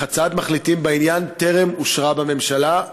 אך הצעת המחליטים בעניין טרם אושרה בממשלה.